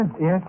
Yes